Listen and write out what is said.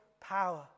power